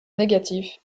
negativ